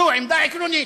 זו עמדה עקרונית.